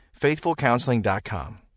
FaithfulCounseling.com